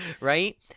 Right